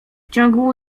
ciągu